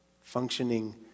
functioning